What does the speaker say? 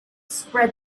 spread